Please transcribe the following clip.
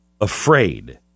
afraid